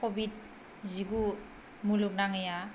Covid जिगु मुलुगनाङैआ